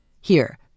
Here